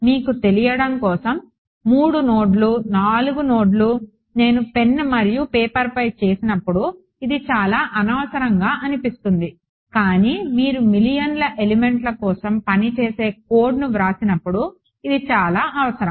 మీకు తెలియడం కోసం మూడు నోడ్లు నాలుగు నోడ్లు నేను పెన్ మరియు పేపర్పై చేసినప్పుడు ఇది చాలా అనవసరంగా అనిపిస్తుంది కానీ మీరు మిలియన్ల ఎలిమెంట్స్ కోసం పని చేసే కోడ్ను వ్రాసినప్పుడు అది చాలా అవసరం